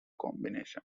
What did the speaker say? combination